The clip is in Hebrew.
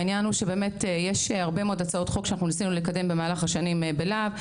העניין הוא שיש הרבה מאוד הצעות חוק שניסינו לקדם במהלך השנים בלהב.